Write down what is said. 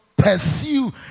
Pursue